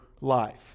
life